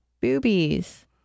boobies